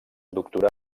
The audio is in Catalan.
doctorà